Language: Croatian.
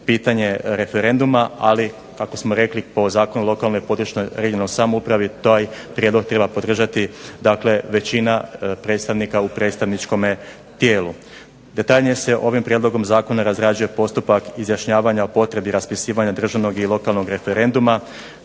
pitanje referenduma, ali kao što smo rekli po Zakonu o lokalne i područne (regionalne) samoupravi taj prijedlog treba podržati većina predstavnika u predstavničkom tijelu. Detaljnije se ovim prijedlogom zakona razrađuje postupak izjašnjavanja o potrebi državnog i lokalnog referenduma,